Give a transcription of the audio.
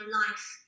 life